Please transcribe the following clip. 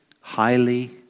highly